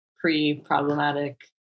pre-problematic